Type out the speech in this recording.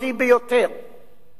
לבית-המשפט העליון